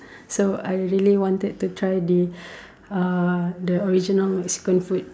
so I really wanted to try the uh the original Mexican food